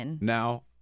now